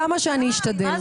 כמה שאני אשתדל.